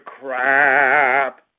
crap